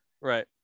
Right